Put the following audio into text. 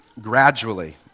gradually